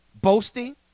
boasting